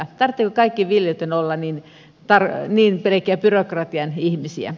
tarvitseeko kaikkien viljelijöiden olla niin pelkkiä byrokratian ihmisiä